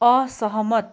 असहमत